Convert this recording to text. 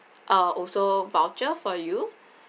uh also voucher for you